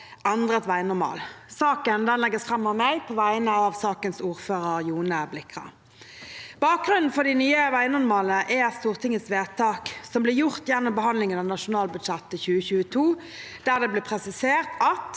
endret veinormal. Saken legges fram av meg på vegne av sakens ordfører, Jone Blikra. Bakgrunnen for de nye veinormalene er Stortingets vedtak som ble gjort gjennom behandlingen av nasjonalbudsjettet for 2022. Der ble det presisert at